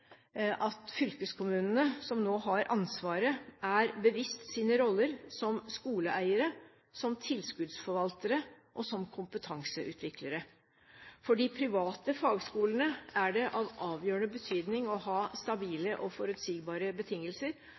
at fylkeskommunene, som nå har ansvaret, er seg bevisst sine roller som skoleeiere, som tilskuddsforvaltere og som kompetanseutviklere. For de private fagskolene er det av avgjørende betydning å ha stabile og forutsigbare betingelser,